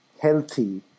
healthy